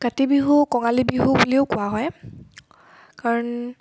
কাতি বিহু কঙালী বিহু বুলিও কোৱা হয় কাৰণ